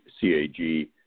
CAG